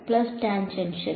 plus tangential